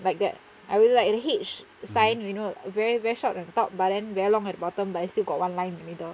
like that I really like the H sign you know very very short at the top but then very long at the bottom but still got one line in the middle